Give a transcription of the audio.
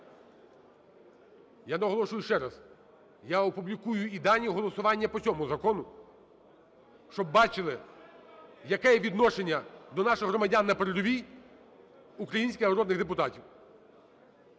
Я наголошую ще раз, я опублікую і дані голосування по цьому закону, щоб бачили, яке є відношення до наших громадян на передовій українських народних депутатів.